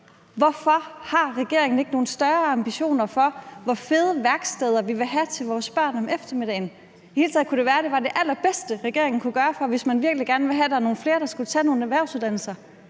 Hvorfor har regeringen ikke nogen større ambitioner for, hvor fede værksteder vi vil have til vores børn om eftermiddagen? I det hele taget kunne det være, at det var det allerbedste, regeringen kunne gøre, hvis man virkelig gerne ville have, at der var nogle flere, der skulle tage nogle erhvervsuddannelser.